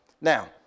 now